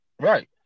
Right